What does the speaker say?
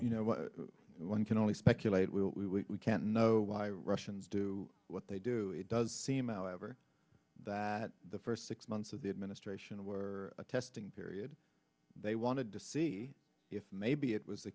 you know one can only speculate we can't know why russians do what they do it does seem out over that the first six months of the administration were a testing period they wanted to see if maybe it was the